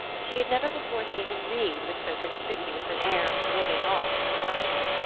she had never before seen him read with so conspicuous an air of warding off interruption.